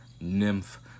nymph